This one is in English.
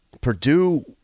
Purdue